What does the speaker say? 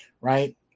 right